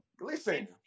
listen